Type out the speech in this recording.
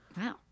Wow